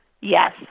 yes